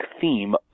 theme